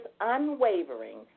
unwavering